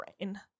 brain